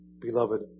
Beloved